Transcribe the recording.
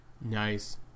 Nice